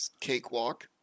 cakewalk